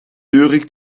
lyrik